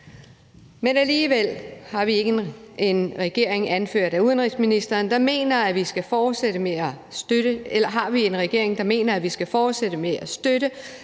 Men alligevel har vi en regering anført af udenrigsministeren, der mener, at vi skal fortsætte med at støtte